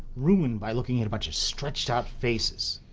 ruined by looking at a bunch of stretched out faces.